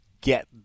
get